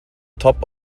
top